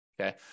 Okay